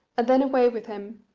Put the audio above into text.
and then away with him,